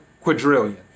quadrillion